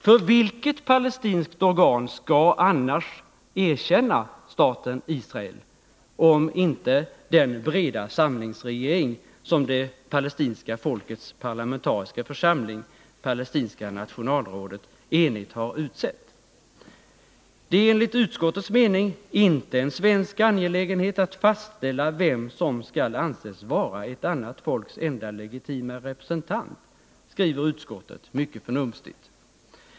För vilket palestinskt organ skall annars erkänna staten Israel om inte den breda samlingsregering som det palestinska folkets parlamentariska församling, Palestinska nationalrådet, enigt har utsett? Det är enligt utskottets mening inte en svensk angelägenhet att fastställa vem som skall anses vara ett annat folks enda legitima representant, skriver utskottet mycket förnumstigt.